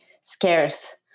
scarce